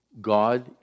God